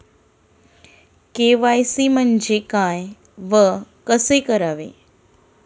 KYC म्हणजे काय व कसे करावे?